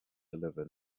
deliver